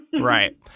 Right